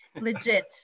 legit